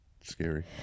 scary